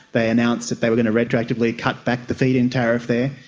they announced that they were going to retroactively cut back the feed-in tariff there,